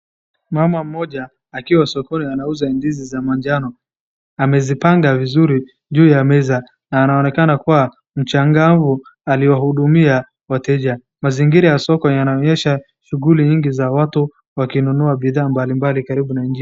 Mama mmoja akiwa sokoni anauza ndizi za manjano amezipanga vizuri juu ya meza na anaonekana kuwa ni mchangamfu akihudumia wateja. Mazingira ya soko yanaonyesha shughuli nyingi za watu wakinunua bidhaa mbalimbali karibu na njia.